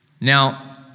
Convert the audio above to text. Now